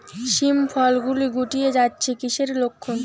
শিম ফল গুলো গুটিয়ে যাচ্ছে কিসের লক্ষন?